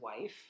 wife